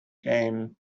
came